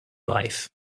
life